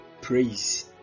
Praise